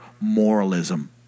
moralism